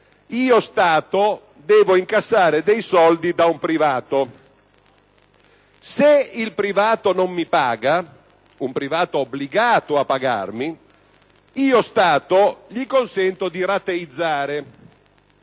io Stato devo incassare dei soldi da un privato; se il privato non mi paga (un privato obbligato a pagarmi), io Stato gli consento una rateizzazione